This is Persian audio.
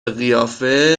قیافه